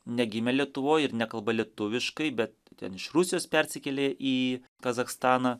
negimę lietuvoj ir nekalba lietuviškai bet ten iš rusijos persikėlė į kazachstaną